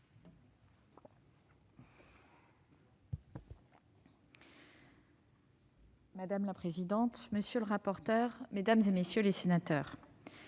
Madame la présidente, monsieur le rapporteur, mesdames, messieurs les sénateurs,